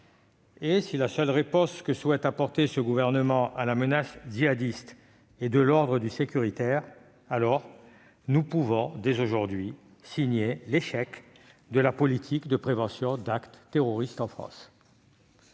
Et si la seule réponse que souhaite apporter ce gouvernement à la menace djihadiste est d'ordre sécuritaire, il signe dès aujourd'hui l'échec de la politique de prévention des actes terroristes en France.